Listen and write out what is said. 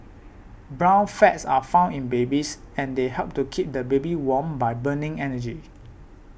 brown fats are found in babies and they help to keep the baby warm by burning energy